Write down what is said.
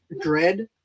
dread